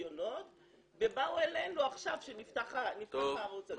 ניקיונות ובאו אלינו עכשיו כשנפתח הערוץ הזה.